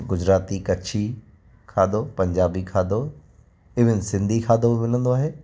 गुजराती कच्छी खाधो पंजाबी खाधो ईविन सिंधी खाधो बि मिलंदो आहे